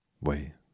wait